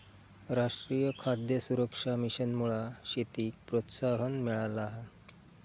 राष्ट्रीय खाद्य सुरक्षा मिशनमुळा शेतीक प्रोत्साहन मिळाला हा